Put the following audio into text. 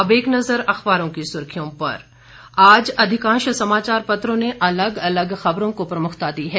अब एक नजर अखबारों की सुर्खियों पर आज अधिकांश समाचार पत्रों ने अलग अलग खबरों को प्रमुखता दी है